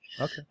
okay